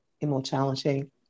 immortality